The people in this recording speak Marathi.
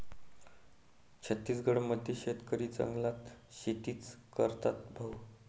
छत्तीसगड मध्ये शेतकरी जंगलात शेतीच करतात भाऊ